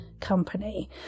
company